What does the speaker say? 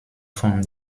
von